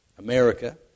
America